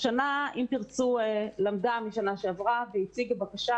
השנה "אם תרצו" למדה משנה שעבר והציגה בקשה